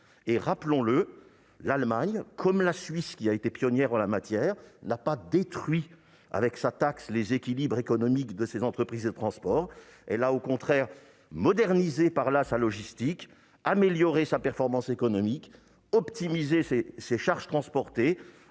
Rappelons-le, l'Allemagne, comme la Suisse qui a été pionnière en la matière, n'a pas détruit avec sa taxe les équilibres économiques de ses entreprises de transport. Elle a, au contraire, modernisé sa logistique, amélioré sa performance économique, optimisé ses charges transportées,